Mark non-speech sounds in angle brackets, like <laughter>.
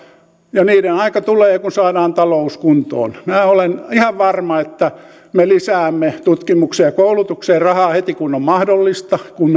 ja niiden aika tulee kun saadaan talous kuntoon olen ihan varma että me lisäämme tutkimukseen ja koulutukseen rahaa heti kun on mahdollista kun <unintelligible>